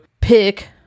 pick